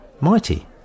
mighty